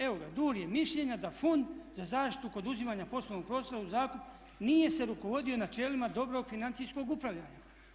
Evo ga DUR je mišljenja da Fond za zaštitu kod uzimanja poslovnog prostora u zakup nije se rukovodio načelima dobrog financijskog upravljanja.